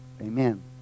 Amen